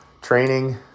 training